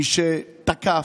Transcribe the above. מי שתקף,